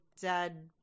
dad